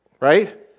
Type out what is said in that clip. Right